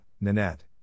Nanette